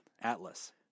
Atlas